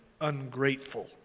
ungrateful